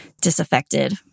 disaffected